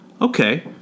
Okay